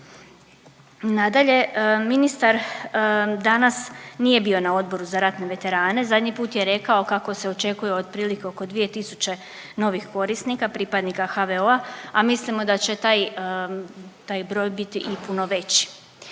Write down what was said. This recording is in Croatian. Nadalje, ministar danas nije bio na Odboru za ratne veterane, zadnji put je rekao kako se očekuje otprilike oko dvije tisuće novih korisnika pripadnika HVO-a, a mislimo da će taj broj biti i puno veći.